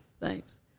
Thanks